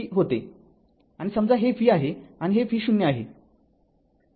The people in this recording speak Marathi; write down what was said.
आणि समजा हे v आहे आणि हे v0 आहे